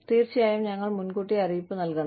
തീർച്ചയായും ഞങ്ങൾ മുൻകൂട്ടി അറിയിപ്പ് നൽകണം